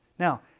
Now